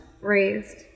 raised